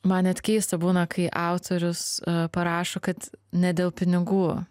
man net keista būna kai autorius parašo kad ne dėl pinigų